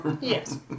Yes